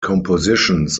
compositions